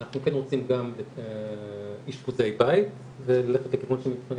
אנחנו כן רוצים גם אשפוזי בית וללכת לכיוון של מבחני